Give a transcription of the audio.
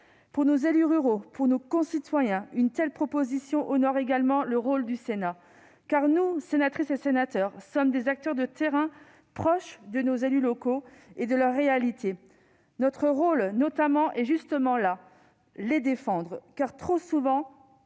Pour nos élus ruraux, pour nos concitoyens, une telle proposition de loi honore également le rôle du Sénat. Car nous, sénatrices et sénateurs, sommes des acteurs de terrain, proches des élus locaux et de leurs réalités. Notre rôle, notamment, est justement là : les défendre. En effet, trop souvent,